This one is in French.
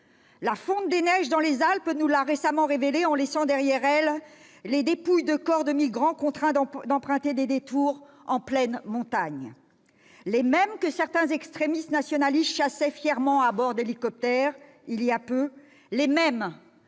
La fonte des neiges dans les Alpes nous l'a récemment rappelé, en révélant les dépouilles de corps de migrants contraints d'emprunter des détours en pleine montagne ; ces mêmes migrants que certains extrémistes nationalistes chassaient fièrement à bord d'hélicoptères il y a peu ; ces mêmes